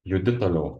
judi toliau